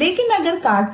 लेकिन अगर कार्ट